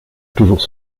toujours